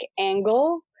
angle